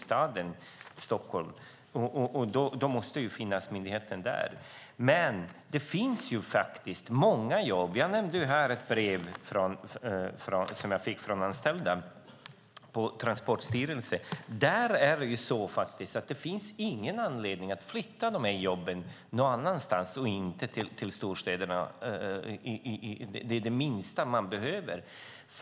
Stockholm är ju huvudstaden. Men det finns många jobb. Jag nämnde här ett brev som jag har fått från anställda på Transportstyrelsen. Det finns ingen anledning att flytta jobben någon annanstans, till exempel till storstäderna. Det är det minsta de behöver.